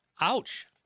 Ouch